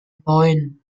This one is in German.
neun